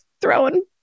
throwing